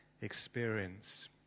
experience